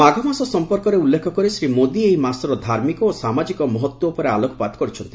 ମାଘମାସ ସଫପର୍କରେ ଉଲ୍ଲେଖ କରି ଶ୍ରୀ ମୋଦୀ ଏହି ମାସର ଧାର୍ମିକ ଓ ସାମାଜିକ ମହତ୍ତ୍ୱ ଉପରେ ଆଲୋକପାତ କରିଛନ୍ତି